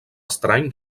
estrany